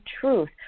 truth